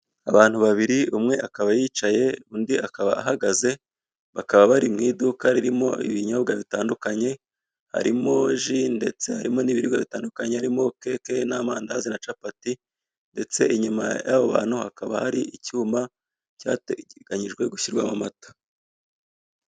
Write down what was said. Abantu babiri umwe akaba yicaye undi akaba ahagaze, bakaba bari mw'iduka ririmo ibinyobwa bitandukanye. Harimo ji ndetse harimo n'ibiribwa bitandukanye, harimo keke n'amandazi na capati ndetse inyuma y'abo bantu hakaba hari icyuma cyateganyijwe gushyirwamo amata.